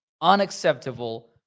unacceptable